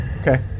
Okay